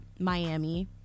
Miami